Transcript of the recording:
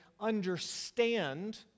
understand